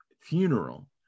Funeral